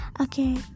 Okay